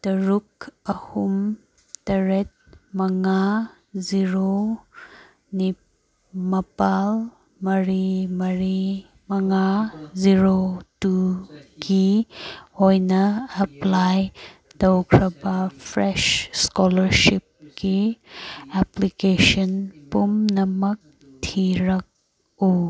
ꯇꯔꯨꯛ ꯑꯍꯨꯝ ꯇꯔꯦꯠ ꯃꯉꯥ ꯖꯤꯔꯣ ꯃꯥꯄꯜ ꯃꯔꯤ ꯃꯔꯤ ꯃꯉꯥ ꯖꯤꯔꯣ ꯇꯨꯒꯤ ꯑꯣꯏꯅ ꯑꯄ꯭ꯂꯥꯏ ꯇꯧꯈ꯭ꯔꯕ ꯐ꯭ꯔꯦꯁ ꯁ꯭ꯀꯣꯂꯔꯁꯤꯞꯀꯤ ꯑꯦꯄ꯭ꯂꯤꯀꯦꯁꯟ ꯄꯨꯝꯅꯃꯛ ꯊꯤꯔꯛꯎ